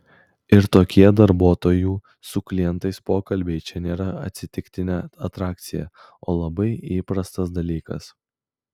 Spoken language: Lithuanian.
ir tokie darbuotojų su klientais pokalbiai čia nėra atsitiktinė atrakcija o labai įprastas dalykas